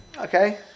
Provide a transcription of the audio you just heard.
Okay